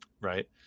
right